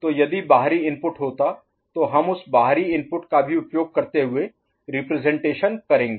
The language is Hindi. तो यदि बाहरी इनपुट होता तो हम उस बाहरी इनपुट का भी उपयोग करते हुए रिप्रजेंटेशन करेंगे